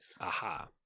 Aha